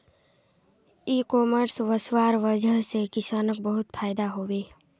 इ कॉमर्स वस्वार वजह से किसानक बहुत फायदा हबे